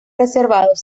reservados